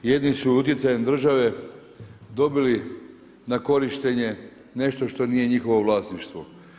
Jedni su utjecajem države dobili na korištenje nešto što nije njihovo vlasništvo.